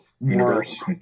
Universe